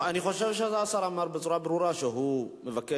אני חושב שהשר אמר בצורה ברורה שהוא מבקש